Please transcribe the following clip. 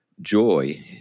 joy